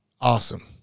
awesome